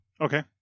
Okay